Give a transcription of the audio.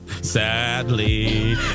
Sadly